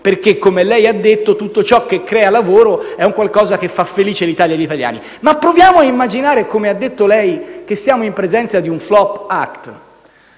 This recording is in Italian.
perché, come lei ha detto, tutto ciò che crea lavoro fa felice l'Italia e gli italiani. Proviamo comunque a immaginare, come ha detto lei, che siamo in presenza di un *flop act*,